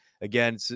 again